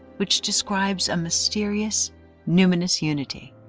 which describes a mysterious numinous unity,